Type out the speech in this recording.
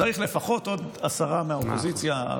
צריך לפחות עוד עשרה מהאופוזיציה.